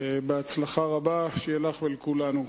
הצלחה רבה לך ולכולנו.